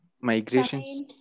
Migrations